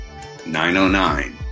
909